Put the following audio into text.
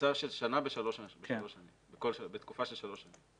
ממוצע של שנה בתקופה של שלוש שנים.